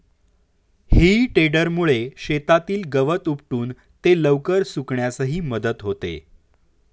हेई टेडरमुळे शेतातील गवत उपटून ते लवकर सुकण्यासही मदत होते